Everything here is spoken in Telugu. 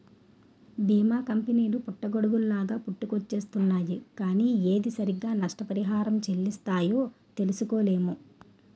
బీమా కంపెనీ పుట్టగొడుగుల్లాగా పుట్టుకొచ్చేస్తున్నాయ్ కానీ ఏది సరిగ్గా నష్టపరిహారం చెల్లిస్తాయో తెలుసుకోలేము